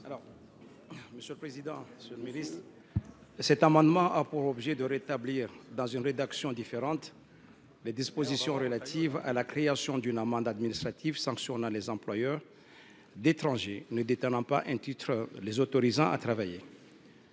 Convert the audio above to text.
pour présenter l’amendement n° 565. Cet amendement a pour objet de rétablir, dans une rédaction différente, les dispositions relatives à la création d’une amende administrative sanctionnant les employeurs d’étrangers ne détenant pas un titre les autorisant à travailler.